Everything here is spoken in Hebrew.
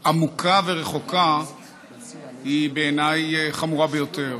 עמוקה ורחוקה היא בעיניי חמורה ביותר.